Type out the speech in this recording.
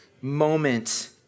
moment